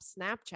Snapchat